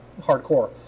hardcore